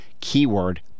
keyword